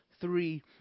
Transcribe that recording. three